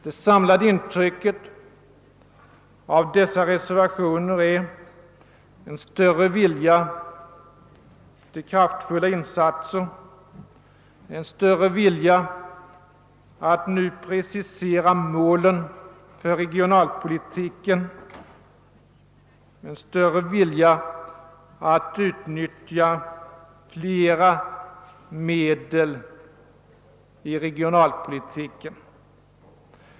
Det samlade intrycket av dessa reservationer är en större vilja till kraftfulla insatser, en större vilja att nu precisera målen för regionalpolitiken, en större vilja att utnyttja flera medel i regionalpolitiken.